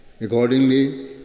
Accordingly